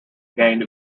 gained